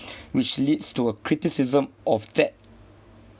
which leads to a criticism of that